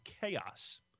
Chaos